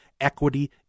equity